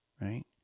right